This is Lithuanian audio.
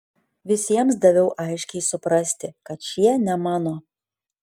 visiems daviau aiškiai suprasti kad šie ne mano